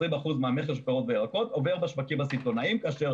20 אחוזים של פירות וירקות שעוברים בשווקים הסיטונאיים כאשר